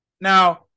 Now